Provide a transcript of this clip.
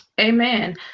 Amen